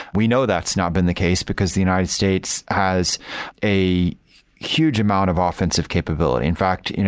we know that's not been the case, because the united states has a huge amount of offense of capability. in fact, you know